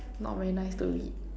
not very nice to read